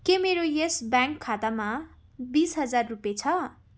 के मेरो यस ब्याङ्क खातामा बिस हजार रुपियाँ छ